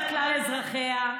זאת לא תהיה מדינה כלל אזרחיה,